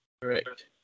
Correct